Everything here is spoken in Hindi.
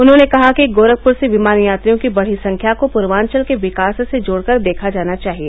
उन्होंने कहा कि गोरखपुर से विमान यात्रियों की बढ़ी संख्या को पूर्ववल के विकास से जोड़कर देखा जाना चाहिए